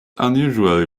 unusually